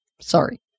sorry